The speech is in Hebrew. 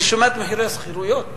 אני שומע את מחירי השכירויות,